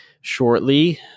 shortly